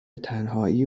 تنهایی